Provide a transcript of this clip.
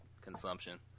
consumption